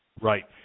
Right